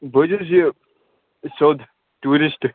بہٕ حظ چھُس یہِ سیوٚد ٹیوٗرِسٹ